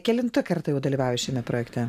kelintą kartą jau dalyvauji šiame projekte